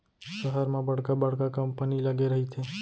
सहर म बड़का बड़का कंपनी लगे रहिथे